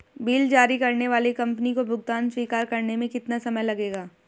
Bill जारी करने वाली कंपनी को भुगतान स्वीकार करने में कितना समय लगेगा?